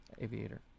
aviator